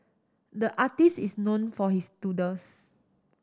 the artist is known for his doodles